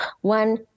one